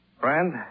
Friend